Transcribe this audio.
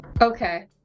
Okay